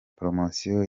poromosiyo